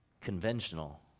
conventional